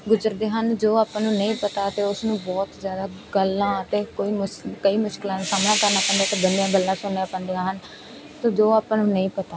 ਗੁਜ਼ਰਦੇ ਹਨ ਜੋ ਆਪਾਂ ਨੂੰ ਨਹੀਂ ਪਤਾ ਅਤੇ ਉਸ ਨੂੰ ਬਹੁਤ ਜ਼ਿਆਦਾ ਗੱਲਾਂ ਅਤੇ ਕੋਈ ਮੁਸ਼ ਕਈ ਮੁਸ਼ਕਲਾਂ ਦਾ ਸਾਹਮਣਾ ਕਰਨਾ ਪੈਂਦਾ ਕਿੱਦਾਂ ਦੀਆਂ ਗੱਲਾਂ ਸੁਣਨੀਆਂ ਪੈਂਦੀਆਂ ਹਨ ਅਤੇ ਜੋ ਆਪਾਂ ਨੂੰ ਨਹੀਂ ਪਤਾ